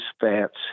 fats